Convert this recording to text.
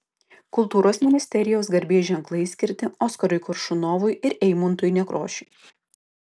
kultūros ministerijos garbės ženklai skirti oskarui koršunovui ir eimuntui nekrošiui